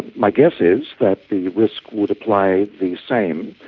my guess is that the risk would apply the same.